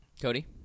Cody